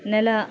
ನೆಲ